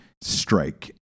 strike